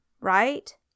right